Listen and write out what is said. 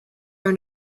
are